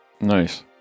Nice